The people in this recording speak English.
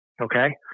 okay